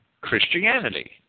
Christianity